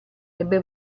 ebbe